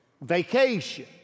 vacation